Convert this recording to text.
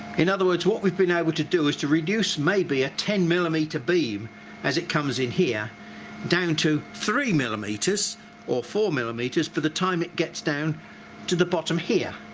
in other words what we've been able to do is to reduce maybe a ten millimeter beam as it comes in here down to three millimeters or four millimeters by the time it gets down to the bottom here.